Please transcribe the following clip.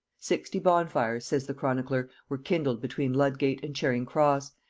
sixty bonfires, says the chronicler, were kindled between ludgate and charing-cross,